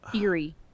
eerie